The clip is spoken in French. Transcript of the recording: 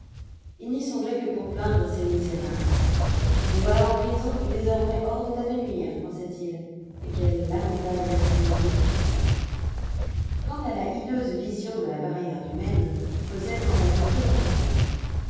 il n'y songeait que pour plaindre ces misérables les voilà en prison et désormais hors d'état de nuire pensait-il mais quelle lamentable famille en détresse quant à la hideuse vision de la barrière du maine cosette n'en avait plus reparlé